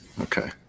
okay